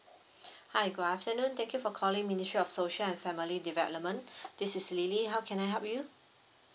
hi good afternoon thank you for calling ministry of social and family development this is lily how can I help you